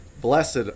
Blessed